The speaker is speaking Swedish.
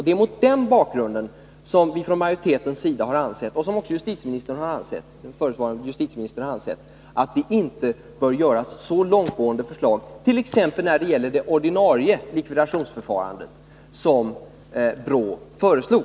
Det är mot den bakgrunden som vi från majoritetens sida har ansett, liksom också den förutvarande justitieministern gjort, att vi inte bör göra så långtgående förslag, t.ex. när det gäller det ordinarie likvidationsförfarande som BRÅ föreslår.